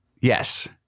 Yes